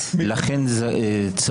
------ חברת הכנסת מרב מיכאלי, דקה לרשותך.